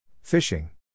Fishing